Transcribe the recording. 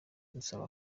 gusaba